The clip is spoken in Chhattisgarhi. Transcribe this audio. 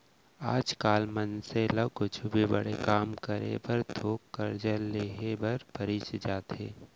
आज काल मनसे ल कुछु भी बड़े काम करे बर थोक करजा लेहे बर परीच जाथे